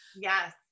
Yes